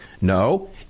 No